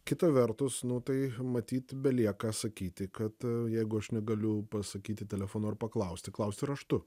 kita vertus nu tai matyt belieka sakyti kad jeigu aš negaliu pasakyti telefonu ar paklausti klausti raštu